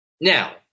Now